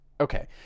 Okay